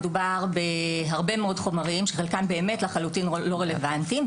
מדובר בהרבה מאוד חומרים שחלקם באמת לחלוטין לא רלוונטיים,